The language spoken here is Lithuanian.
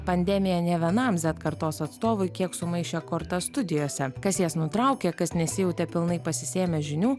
pandemija nė vienam zet kartos atstovui kiek sumaišė kortas studijose kas jas nutraukė kas nesijautė pilnai pasisėmę žinių